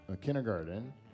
kindergarten